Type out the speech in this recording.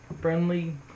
friendly